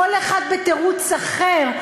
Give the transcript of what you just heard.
כל אחד בתירוץ אחר,